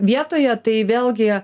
vietoje tai vėlgi